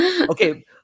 Okay